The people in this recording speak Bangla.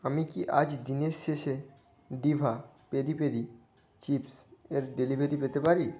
আমি কি আজ দিনের শেষে দিভা পেরি পেরি চিপস এর ডেলিভারি পেতে পারি